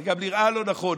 זה גם נראה לא נכון,